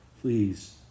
Please